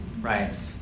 right